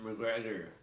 McGregor